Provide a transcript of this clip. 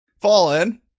Fallen